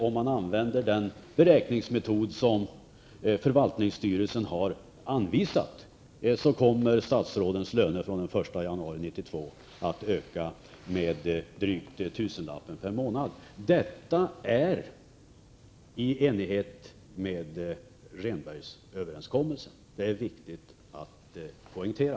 Om man använder den beräkningsmetod som förvaltningsstyrelsen har anvisat kommer därför statsrådens löner den 1 januari 1992 att öka med dryga tusenlappen per månad. Detta är i enlighet med Rehnbergsöverenskommelsen, det är viktigt att poängtera.